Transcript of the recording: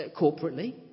corporately